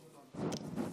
הוא לא מעביר תקציב